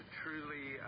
truly